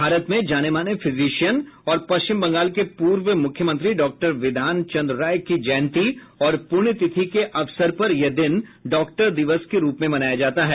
भारत में जाने माने फिजिशियन और पश्चिम बंगाल के पूर्व मुख्यमंत्री डॉक्टर विधान चंद्र राय की जयंती और पुण्यतिथि के अवसर पर यह दिन डॉक्टर दिवस के रूप में मनाया जाता है